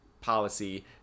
policy